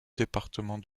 département